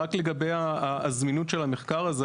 רק לגבי הזמינות של המחקר הזה,